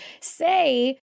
say